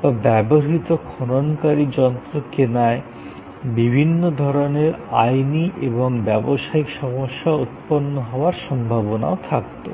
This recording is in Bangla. বা ব্যবহৃত খননকারী যন্ত্র কেনায় বিভিন্ন ধরণের আইনী এবং ব্যবসায়িক সমস্যা তৈরী হওয়ার সম্ভাবনা থাকতো